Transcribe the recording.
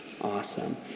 Awesome